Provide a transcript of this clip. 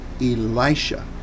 Elisha